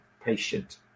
Patient